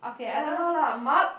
ya lah lah mug